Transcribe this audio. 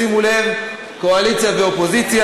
שימו לב: קואליציה ואופוזיציה.